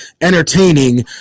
entertaining